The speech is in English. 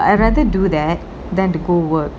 but I rather do that than to go work